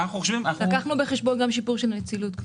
לקחנו בחשבון גם שיפור של נצילות.